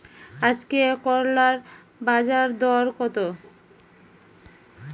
আজকে করলার বাজারদর কত?